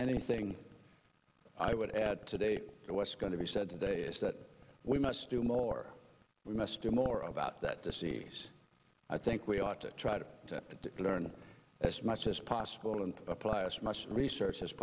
anything i would add today to what's going to be said today is that we must do more we must do more about that decease i think we ought to try to learn as much as possible and apply us much research as